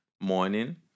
morning